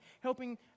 helping